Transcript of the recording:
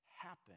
happen